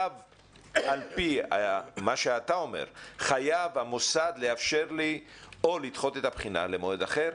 על פי מה שאתה אומר חייב המוסד לאפשר לי או לדחות את הבחינה למועד אחר,